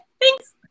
Thanks